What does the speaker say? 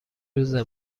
روزه